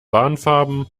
warnfarben